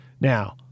Now